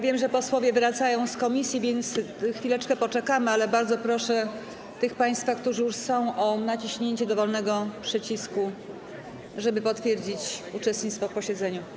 Wiem, że posłowie wracają z komisji, więc chwileczkę poczekamy, ale bardzo proszę tych państwa, którzy już są, o naciśnięcie dowolnego przycisku, żeby potwierdzić uczestnictwo w posiedzeniu.